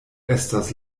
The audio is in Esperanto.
estas